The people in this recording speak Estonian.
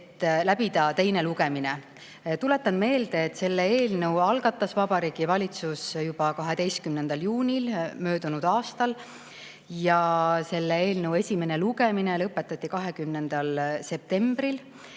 et läbida teine lugemine. Tuletan meelde, et selle eelnõu algatas Vabariigi Valitsus juba 12. juunil möödunud aastal. Eelnõu esimene lugemine lõpetati 20. septembril